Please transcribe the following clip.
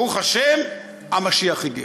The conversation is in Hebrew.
ברוך השם, המשיח הגיע.